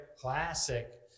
classic